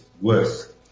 worse